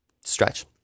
stretch